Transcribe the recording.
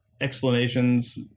explanations